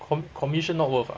com~ commission not worth ah